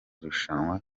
rushanwa